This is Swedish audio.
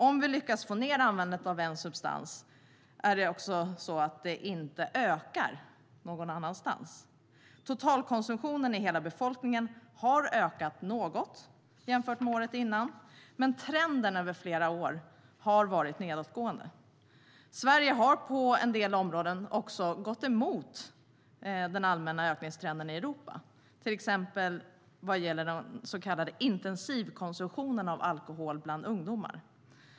Om vi lyckas få ned användandet av en substans ökar det inte någon annanstans. Totalkonsumtionen i hela befolkningen har ökat något jämfört med året innan, men trenden över flera år har varit nedåtgående. Sverige har på en del områden gått emot den allmänna ökningstrenden i Europa, till exempel när det gäller så kallad intensivkonsumtion av alkohol bland unga.